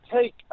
take